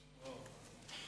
עכשיו.